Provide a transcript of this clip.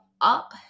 up